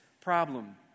problem